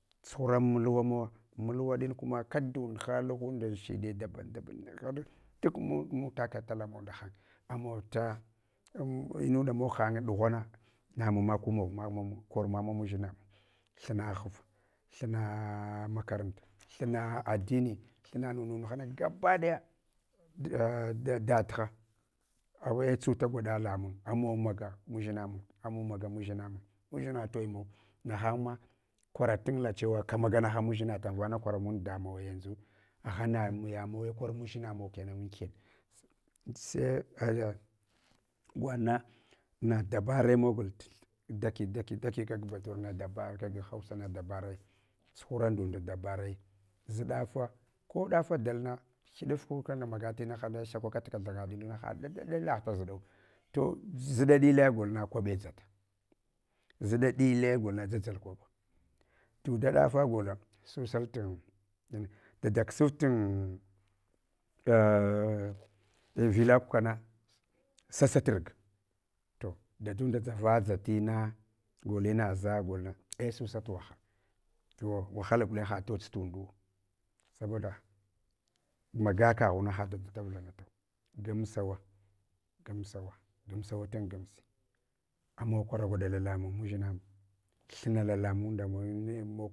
Tsuhura mulwa mawa, mulwaɗin kuma kadun ha, alahumdan shiɗe daban daban daban, duk mutaka tala awa nda naheng. Munda mog hang ɗughama namun ma gu kor mamun mudʒinamun, thina ghva, thina makaranta, thina addinu thina nunhana gabaɗaya dadha tsuta gwaɗa lamung anawa maga mudʒina, amawa maga mudʒina mawa, udʒinha toumawa. Nahanma kwaratunla dewa kamega nahem mudʒina tahan vana kwara men damawa yanzu. Agha namuwe kor mudʒina mun kena ankan. Sae ei auya gwaɗna na dabara mogol daki daki daki kag bator na dabara kag hausana dabare tsuhura ndunda da bare zudafu ko daf dalna hɗafka kana mayatina ha sakwa kaf kathanga ɗille haɗa ɗillagh da zuɗo. To ziɗa dillad golna kwaɓe dʒata, zuda dille a golna dʒadʒal kwaɓa. To da ɗafa gola susaltu dada ksuf tun vilaku kana sasa turga, to dadunda dʒavadʒina gol inaʒa gulna ei susa tu wahalg. To wahala gulen haɗ tudʒtundu saboda maga kaghuna hadada davlanatau. Gamsawa gamsawa, gamsawa tengamsi ama kugra gwaɗ lalamawa mudiʒimun, hima na lalamur muinmog.